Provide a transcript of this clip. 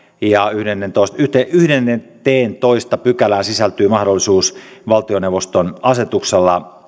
ja yhdenteentoista pykälään sisältyy mahdollisuus valtioneuvoston asetuksella